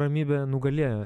ramybė nugalėjo